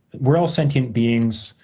we're all thinking beings.